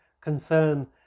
concern